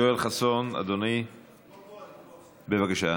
יואל חסון, אדוני, בבקשה.